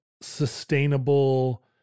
sustainable